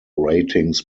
ratings